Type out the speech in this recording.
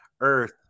Earth